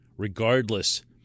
regardless